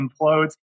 implodes